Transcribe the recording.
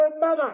mother